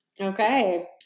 Okay